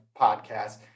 podcast